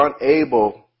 unable